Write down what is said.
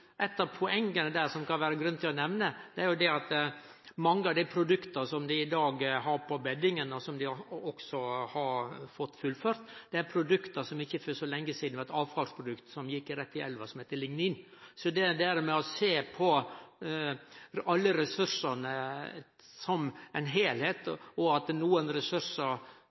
eitt av poenga som det kan vere grunn til å nemne, er at blant dei produkta som dei i dag har på beddingen, og også som dei har fått fullført, er det eitt som for ikkje så lenge sidan var eit avfallsprodukt, som gjekk rett i elva, som heiter lignin. Det med å sjå på alle ressursane som ein heilskap, og det at nokre ressursar